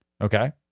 Okay